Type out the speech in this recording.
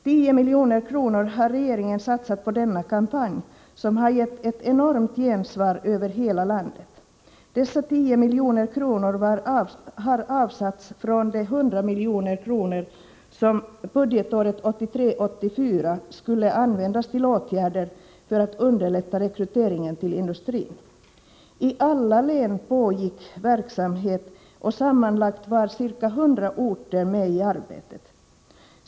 10 milj.kr. har regeringen satsat på denna kampanj, som har gett ett enormt gensvar över hela landet. Dessa 10 milj.kr. har avsatts från de 100 milj.kr. som budgetåret 1983/84 skulle användas till åtgärder för att underlätta rekryteringen till industrin. I alla län pågick verksamhet, och sammanlagt var ca 100 orter med i arbetet.